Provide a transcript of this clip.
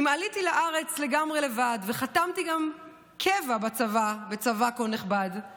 / אם עליתי לארץ לגמרי לבד / וחתמתי גם קבע בצבא כה נכבד /